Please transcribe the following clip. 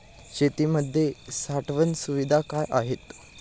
शेतीमध्ये साठवण सुविधा काय आहेत?